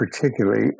particularly